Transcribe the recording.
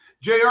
JR